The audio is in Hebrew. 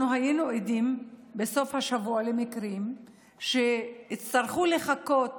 אנחנו היינו עדים בסוף השבוע למקרים שהצטרכו לחכות